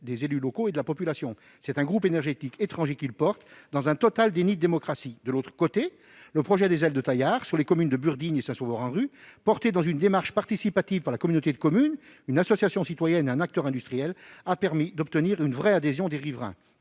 des élus locaux et de la population. C'est un groupe énergétique étranger qui le porte, dans un total déni de démocratie. De l'autre côté, le projet des « Ailes de Taillard », sur les communes de Burdignes et Saint-Sauveur-en-Rue, porté dans une démarche participative par la communauté de communes, une association citoyenne et un acteur industriel, a permis d'obtenir une vraie adhésion des riverains.